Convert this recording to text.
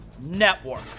Network